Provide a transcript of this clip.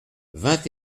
vingt